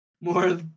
more